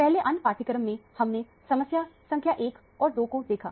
पिछले अन्य पाठ्यक्रम में हमने समस्या संख्या 1 और 2 को देखा